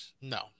No